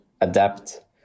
adapt